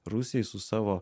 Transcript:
rusijai su savo